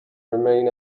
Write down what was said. remain